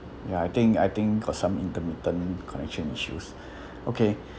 ya I think I think got some intermittent connection issues okay